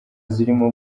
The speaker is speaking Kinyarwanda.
zirimo